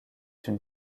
une